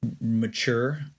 mature